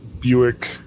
Buick